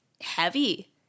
heavy